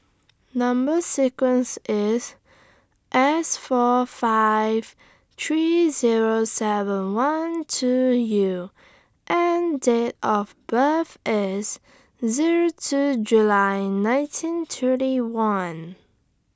Number sequence IS S four five three Zero seven one two U and Date of birth IS Zero two July nineteen thirty one